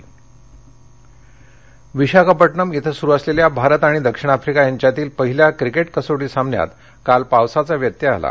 cricket Visakhapatnam इथं सुरू असलेल्या भारत आणि दक्षिण अफ्रिका यांच्यातील पहिल्या क्रिकेट कसोटी सामन्यात काल पावसाचा व्यत्यय आला